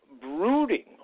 brooding